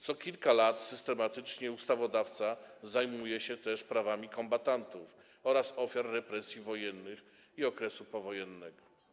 Co kilka lat systematycznie ustawodawca zajmuje się też prawami kombatantów oraz ofiar represji wojennych i okresu powojennego.